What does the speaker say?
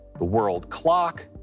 the world clock.